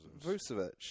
Vucevic